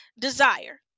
desire